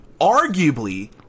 arguably